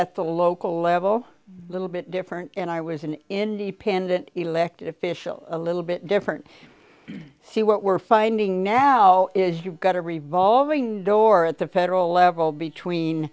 at the local level a little bit different and i was an independent elected official a little bit different see what we're finding now is you've got a revolving door at the federal level between